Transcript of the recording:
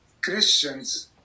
Christians